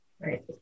Right